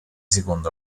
secondo